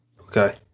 Okay